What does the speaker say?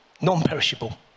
non-perishable